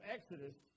Exodus